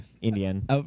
indian